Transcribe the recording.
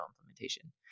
implementation